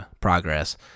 progress